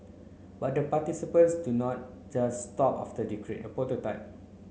but the participants do not just stop after they create a prototype